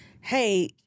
hey